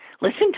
Listen